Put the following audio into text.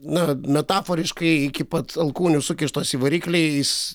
na metaforiškai iki pat alkūnių sukištos į varikliais